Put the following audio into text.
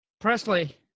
Presley